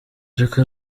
reka